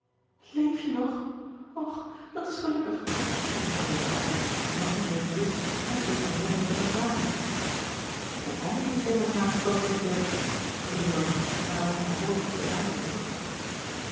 leef je nog och dat is gelukkig riep henriëtte uit die nog niet regt wist hoe zulk een wonder te verklaren hoe kom je in s hemels naam op dat denkbeeld vroeg eduard nadat zij hare vorige bedaardheid terug had